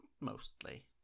Mostly